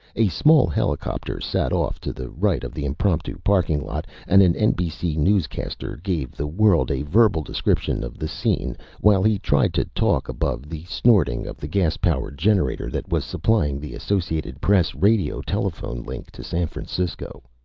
a small helicopter sat off to the right of the impromptu parking lot and an nbc newscaster gave the world a verbal description of the scene while he tried to talk above the snorting of the gas-powered generator that was supplying the associated press radio-telephone link to san francisco.